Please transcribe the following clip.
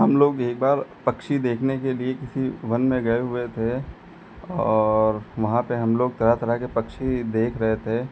हम लोग एक बार पक्षी देखने के लिए किसी वन में गए हुए थे और वहाँ पर हम लोग तरह तरह के पक्षी देख रहे थे